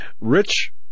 Rich